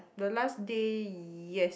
the last day yes